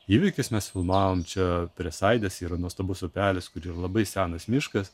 įvykis mes filmavom čia prie saidės yra nuostabus upelis kur yra labai senas miškas